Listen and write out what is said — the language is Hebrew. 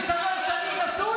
בצרפת אתה צריך עשר שנים ויזה,